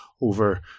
over